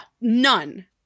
None